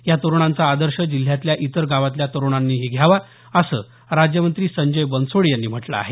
या तरुणांचा आदर्श जिल्ह्यातल्या इतर गावातल्या तरुणांनीही घ्यावा असं राज्यमंत्री संजय बनसोडे यांनी म्हटलं आहे